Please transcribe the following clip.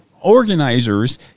organizers